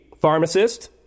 pharmacist